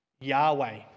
Yahweh